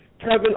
Kevin